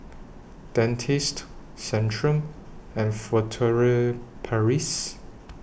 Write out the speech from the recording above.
Dentiste Centrum and Furtere Paris